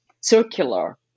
circular